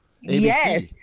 Yes